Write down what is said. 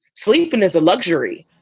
sleep and is a luxury.